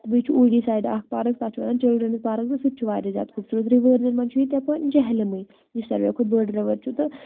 تہٕ بیٚیہِ چھُ اوٗڑی سایڈٕ اَکھ پارک تَتھ چھُ وَنان چِلڈرٛنٕز پارک سُہ تہِ چھُ واریاہ زیادٕ خوٗبصوٗرت رِؤرزَن منٛز چھُ ییٚتہِ یَپٲرۍ جہلِمٕے یُس ساروِیو کھۄتہٕ بٔڈ رِوَر چھُ تہٕ